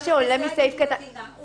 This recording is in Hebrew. העונש הוא בסעיף, כתבנו אותו בחוק.